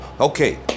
Okay